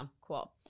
cool